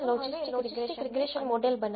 ચાલો હવે logistic regression model બનાવીએ